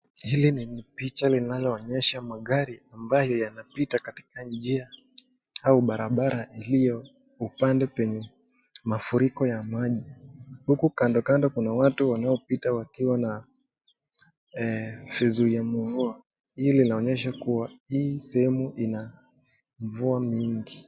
Hii ni picha inaloonyesha magari ambayo yanapita katika njia au barabara ilio upande penye mafuriko ya maji. Huku kando kando kuna watu wanaopita wakiwa na vizuia mvua. Hii linaonyesha kuwa hii sehemu ina mvua mingi.